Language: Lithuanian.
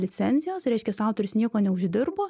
licencijos reiškias autorius nieko neuždirbo